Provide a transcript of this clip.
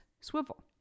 swivel